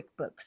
QuickBooks